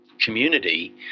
community